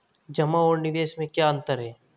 जमा और निवेश में क्या अंतर है?